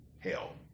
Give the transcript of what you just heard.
hell